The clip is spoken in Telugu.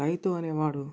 రైతు అనేవాడు